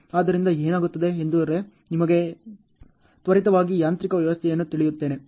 ಆದ್ದರಿಂದ ಏನಾಗುತ್ತದೆ ಎಂದರೆ ನಾನು ನಿಮಗೆ ತ್ವರಿತವಾಗಿ ಯಾಂತ್ರಿಕ ವ್ಯವಸ್ಥೆಯನ್ನು ತಿಳಿಯುತ್ತೇನೆ